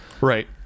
Right